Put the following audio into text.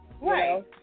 Right